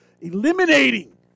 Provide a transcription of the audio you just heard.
eliminating